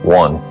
one